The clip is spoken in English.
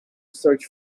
search